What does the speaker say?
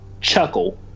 chuckle